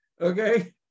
Okay